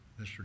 Mr